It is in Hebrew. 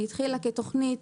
היא התחילה כתכנית,